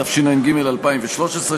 התשע"ג 2013,